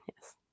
Yes